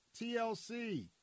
TLC